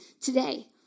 today